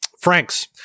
Franks